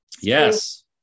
Yes